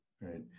Right